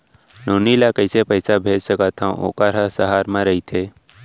नोनी ल कइसे पइसा भेज सकथव वोकर ह सहर म रइथे?